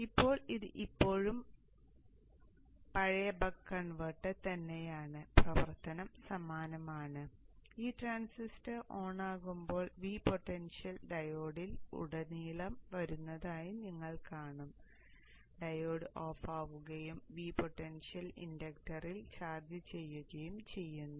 ഇപ്പോൾ ഇത് ഇപ്പോഴും പഴയ ബക്ക് കൺവെർട്ടർ തന്നെയാണ് പ്രവർത്തനം സമാനമാണ് ഈ ട്രാൻസിസ്റ്റർ ഓൺ ആകുമ്പോൾ V പൊട്ടൻഷ്യൽ ഡയോഡിൽ ഉടനീളം വരുന്നതായി നിങ്ങൾ കാണും ഡയോഡ് ഓഫാകുകയും V പൊട്ടൻഷ്യൽ ഇൻഡക്റ്ററിൽ ചാർജ് ചെയ്യുകയും ചെയ്യുന്നു